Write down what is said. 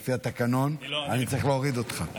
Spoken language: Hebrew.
לפי התקנון, אני צריך להוריד אותך.